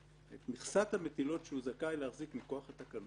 אם הוא מחזיק את מכסת המטילות שהוא זכאי להחזיק מכוח התקנות,